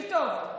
תקשיב טוב.